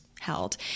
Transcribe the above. held